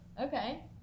okay